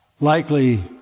likely